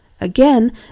again